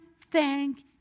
thank